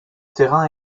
terrain